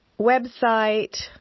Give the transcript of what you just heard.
website